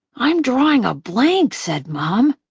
i'm drawing a blank, said mom.